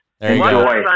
Enjoy